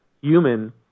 human